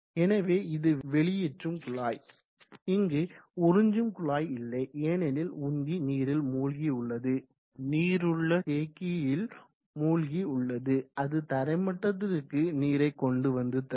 எனவே இது வெளியேற்றும் குழாய் இங்கு உறிஞ்சும் குழாய் இல்லை ஏனெனில் உந்தி நீரில் மூழ்கி உள்ளது நீர் உள்ள தேக்கியில் மூழ்கி உள்ளது அது தரைமட்டத்திற்கு நீரை கொண்டு வந்து தரும்